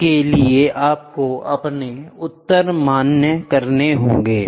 इसके लिए आपको अपना उत्तर मान्य करना होगा